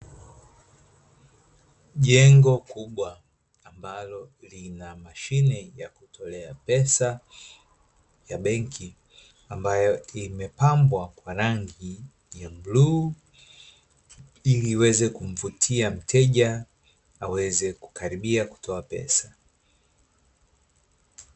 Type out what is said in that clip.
Jengo kubwa ambalo lina mashine ya kutolea pesa ya benki, ambayo imepambwa kwa rangi ya bluu ili iweze kumvutia mteja aweze kukaribia kutoa pesa.